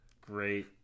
Great